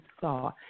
saw